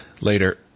later